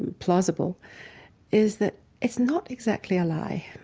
and plausible is that it's not exactly a lie.